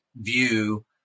view